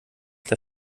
der